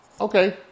okay